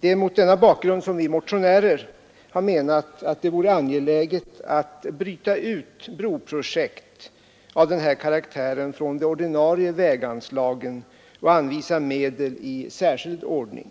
Det är mot denna bakgrund som vi motionärer menat att det vore angeläget att bryta ut broprojekt av denna karaktär från de ordinarie väganslagen och anvisa medel i särskild ordning.